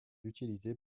utilisées